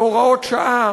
בהוראות שעה,